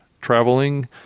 traveling